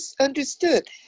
understood